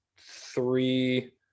three